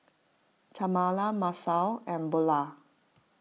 Tamala Masao and Bulah